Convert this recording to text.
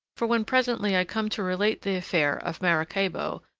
for when presently i come to relate the affair of maracaybo,